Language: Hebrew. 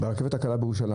ברכבת הקלה בירושלים